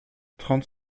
trente